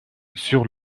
sur